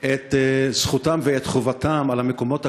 את זכותם ואת חובתם על המקומות הקדושים,